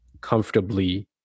comfortably